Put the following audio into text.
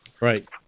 Right